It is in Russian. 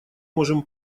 можем